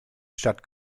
stadt